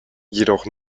jedoch